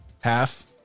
Half